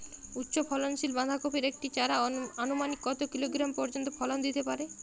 উচ্চ ফলনশীল বাঁধাকপির একটি চারা আনুমানিক কত কিলোগ্রাম পর্যন্ত ফলন দিতে পারে?